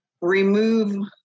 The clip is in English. remove